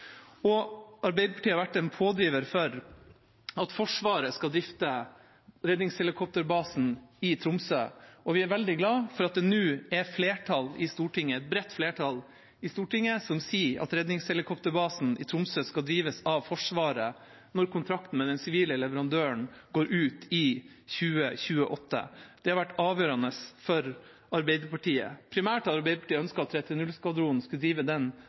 Arbeiderpartiet har vært en pådriver for at Forsvaret skal drifte redningshelikopterbasen i Tromsø, og vi er veldig glad for at det nå er et bredt flertall i Stortinget som sier at redningshelikopterbasen i Tromsø skal drives av Forsvaret når kontrakten med den sivile leverandøren går ut i 2028. Det har vært avgjørende for Arbeiderpartiet. Primært har Arbeiderpartiet ønsket at 330-skvadronen skal drive den